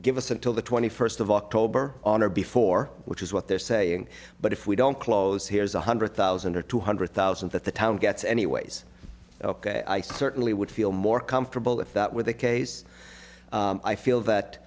give us until the twenty first of october on or before which is what they're saying but if we don't close here's one hundred thousand or two hundred thousand that the town gets anyways ok i certainly would feel more comfortable if that were the case i feel that